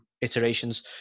iterations